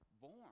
born